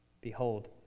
Behold